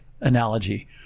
analogy